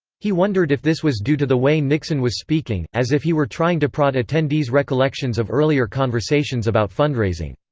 he wondered if this was due to the way nixon was speaking, as if he were trying to prod attendees' recollections of earlier conversations about fundraising.